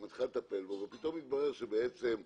היא מתחילה לטפל בו ופתאום מתברר שמגיעות